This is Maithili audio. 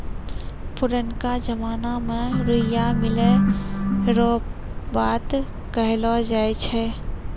पुरनका जमाना मे रुइया मिलै रो बात कहलौ जाय छै